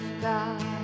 God